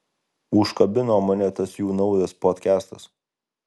užkabino mane tas jų naujas podkastas